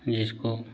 जिसको